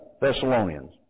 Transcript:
Thessalonians